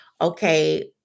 okay